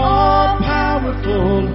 All-powerful